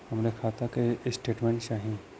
हमरे खाता के स्टेटमेंट चाही?